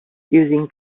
using